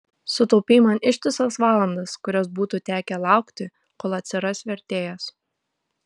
sutaupei man ištisas valandas kurias būtų tekę laukti kol atsiras vertėjas